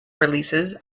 releases